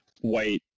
white